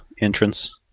entrance